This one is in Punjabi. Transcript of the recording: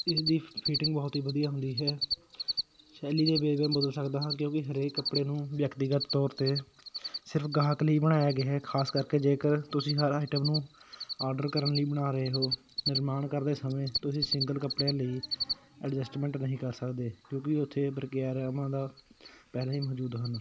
ਇਸਦੀ ਫਿਟਿੰਗ ਬਹੁਤ ਹੀ ਵਧੀਆ ਹੁੰਦੀ ਹੈ ਸ਼ੈਲੀ ਦੇ ਵੇਰਵਿਆਂ ਨੂੰ ਬਦਲ ਸਕਦਾ ਹਾਂ ਕਿਉਂਕਿ ਹਰੇਕ ਕੱਪੜੇ ਨੂੰ ਵਿਅਕਤੀਗਤ ਤੌਰ 'ਤੇ ਸਿਰਫ ਗਾਹਕ ਲਈ ਬਣਾਇਆ ਗਿਆ ਹੈ ਖਾਸ ਕਰਕੇ ਜੇਕਰ ਤੁਸੀਂ ਹਰ ਆਈਟਮ ਨੂੰ ਆਰਡਰ ਕਰਨ ਲਈ ਬਣਾ ਰਹੇ ਹੋ ਨਿਰਮਾਣ ਕਰਦੇ ਸਮੇਂ ਤੁਸੀਂ ਸਿੰਗਲ ਕੱਪੜਿਆਂ ਲਈ ਐਡਜਸਟਮੈਂਟ ਨਹੀਂ ਕਰ ਸਕਦੇ ਕਿਉਂਕਿ ਉੱਥੇ ਵਰਿਗਾਮਾ ਦਾ ਪਹਿਲਾਂ ਹੀ ਮੌਜੂਦ ਹਨ